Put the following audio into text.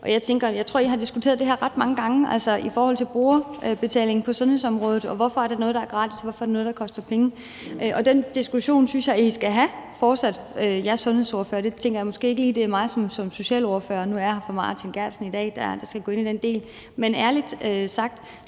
af den kage, og jeg tror, I har diskuteret det ret mange gange i forhold til brugerbetalingen på sundhedsområdet, og hvorfor der er noget, der er gratis, og hvorfor der er noget, der koster penge, og den diskussion synes jeg I sundhedsordførere fortsat skal have, og jeg tænker, det måske ikke lige er mig som socialordfører – nu er jeg her for Martin Geertsen i dag – der skal gå ind i den del. Men ærligt sagt